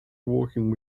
walking